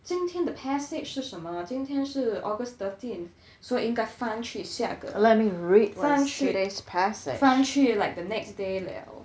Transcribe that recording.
今天 the passage 是什么今天是 august thirteen so 应该翻去下个翻去 like the next day liao